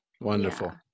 Wonderful